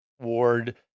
ward